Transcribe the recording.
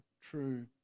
true